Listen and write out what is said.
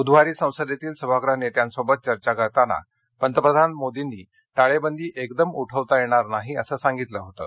बुधवारी संसदरीील सभागृह नख्यांसोबत चर्चा करताना पंतप्रधान मोदींनी टाळळळी एकदम उठवता यण्पेर नाही असं सांगितलं होतं